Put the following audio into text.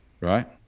Right